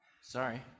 Sorry